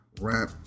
rap